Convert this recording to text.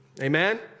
Amen